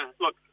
look